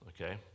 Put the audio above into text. Okay